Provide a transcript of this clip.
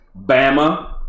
Bama